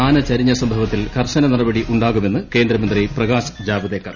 ആന ചരിഞ്ഞ സംഭവത്തിൽ കർശന നടപടി ഉണ്ടാകുമെന്ന് കേന്ദ്ര മന്ത്രി പ്രകാശ് ജാവ്ദേക്കർ